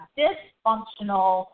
dysfunctional